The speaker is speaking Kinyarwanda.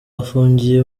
afungiye